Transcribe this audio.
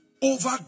over